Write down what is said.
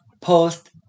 post